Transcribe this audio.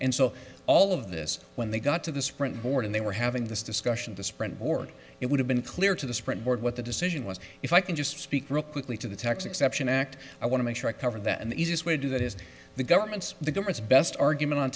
and so all of this when they got to the sprint board and they were having this discussion to sprint board it would have been clear to the sprint board what the decision was if i can just speak real quickly to the tax exception act i want to make sure i cover that and the easiest way to do that is the government's the government's best argument on